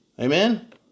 Amen